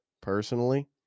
personally